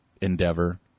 endeavor